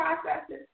processes